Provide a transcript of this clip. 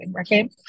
Okay